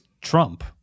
trump